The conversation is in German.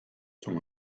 zum